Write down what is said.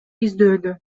издөөдө